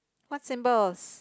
what symbols